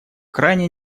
крайне